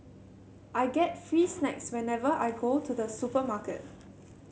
I get free snacks whenever I go to the supermarket